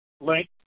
length